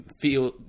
feel –